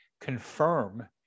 confirm